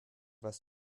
was